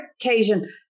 occasion